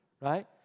right